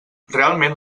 realment